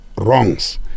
wrongs